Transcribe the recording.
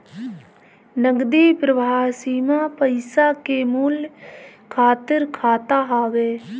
नगदी प्रवाह सीमा पईसा के मूल्य खातिर खाता हवे